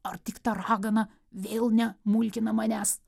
ar tik ta ragana vėl ne mulkina manęs